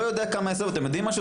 לא יודע כמה הסבו, ואתם יודעים משהו?